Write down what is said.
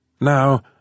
now